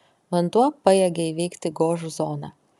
vanduo pajėgia įveikti gožų zoną